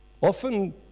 Often